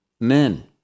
Men